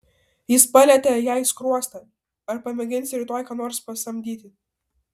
jis palietė jai skruostą ar pamėginsi rytoj ką nors pasamdyti